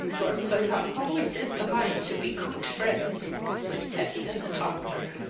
lorts are not always in the mind to be coot friends with teath and the toctor.